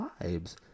vibes